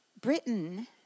Britain